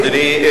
אדוני,